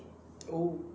oh